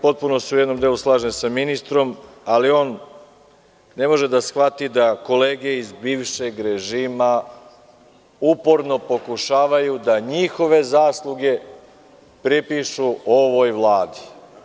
Potpuno se u jednom delu slažem sa ministrom, ali on ne može da shvati da kolege iz bivšeg režima uporno pokušavaju da njihove zasluge pripišu ovoj vladi.